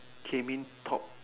came in top